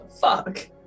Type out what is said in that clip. Fuck